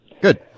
good